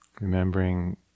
Remembering